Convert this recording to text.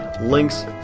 links